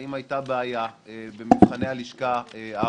האם הייתה בעיה במבחני הלשכה האחרונים,